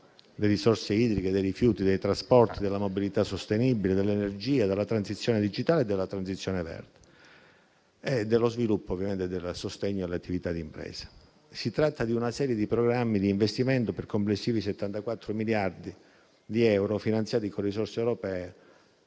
le risorse idriche, i rifiuti, i trasporti, la mobilità sostenibile, l'energia, la transizione digitale e la transizione verde, il sostegno alle attività di impresa. Si tratta di una serie di programmi di investimento per complessivi 74 miliardi di euro, finanziati con risorse europee,